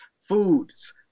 foods